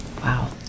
Wow